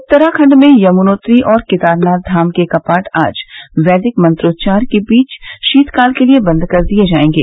उत्तराखंड में यमनोत्री और केदारनाथ धाम के कपाट आज वैदिक मंत्रोच्चार के बीच शीतकाल के लिए बंद कर दिए जायेंगे